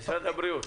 משרד הבריאות.